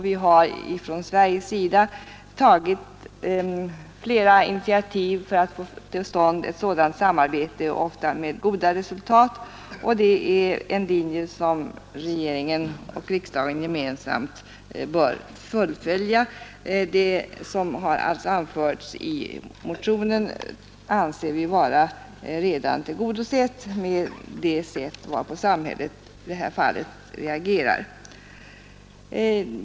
Vi har ifrån Sveriges sida tagit flera initiativ för att få till stånd ett sådant samarbete, ofta med goda resultat, och det är en linje som regeringen och riksdagen gemensamt bör fullfölja. Det som har anförts i motionen anser vi redan vara tillgodosett med det sätt varpå samhället i det här fallet agerar.